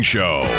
Show